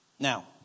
Now